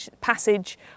passage